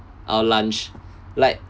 our lunch like